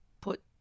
put